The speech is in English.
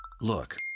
Look